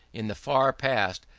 in the far past,